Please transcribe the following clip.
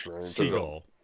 seagull